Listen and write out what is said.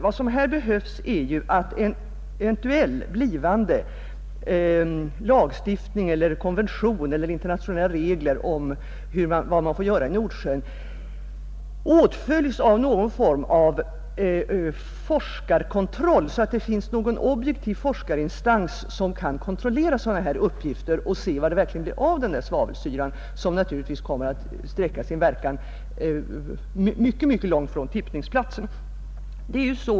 Vad som skulle behövas är att en eventuell blivande internationell konvention med regler om vad man får göra i Nordsjön åtföljs av någon form av forskarkontroll, så att en objektiv forskarinstans kan följa upp sådana här uppgifter och undersöka vad det verkligen blir av denna svavelsyra, vars verkningar naturligtvis kommer att sträcka sig mycket långt från tippningsplatsen.